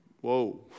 Whoa